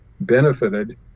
benefited